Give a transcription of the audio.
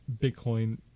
bitcoin